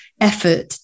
effort